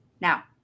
now